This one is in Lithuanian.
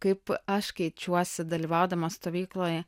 kaip aš keičiuosi dalyvaudama stovykloj